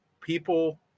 people